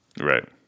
Right